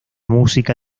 música